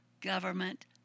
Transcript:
government